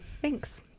Thanks